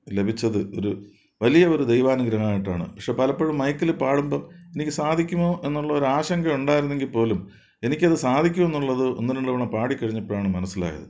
ലഭിച്ചത് ഒരു വലിയ ഒരു ദൈവാനുഗ്രഹമായിട്ടാണ് പക്ഷേ പലപ്പോഴും മൈക്കിൽ പാടുമ്പം എനിക്ക് സാധിക്കുമോ എന്നുള്ളൊരു ആശങ്ക ഉണ്ടായിരുന്നെങ്കിൽ പോലും എനിക്കത് സാധിക്കുമെന്നുള്ളത് ഒന്ന് രണ്ട് തവണ പാടിക്കഴിഞ്ഞപ്പോഴാണ് മനസ്സിലായത്